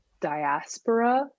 diaspora